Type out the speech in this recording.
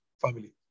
family